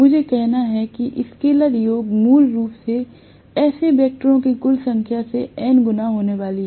मुझे कहना है कि स्केलर योग मूल रूप से ऐसे वैक्टरों की कुल संख्या से n गुना होने वाली है